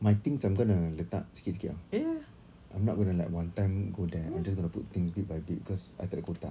my things I'm gonna letak sikit-sikit [tau] I'm not gonna like one time go there I'm just gonna put things bit by bit because I takde kotak